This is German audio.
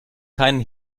keinen